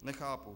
Nechápu.